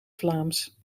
vlaams